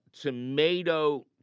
tomato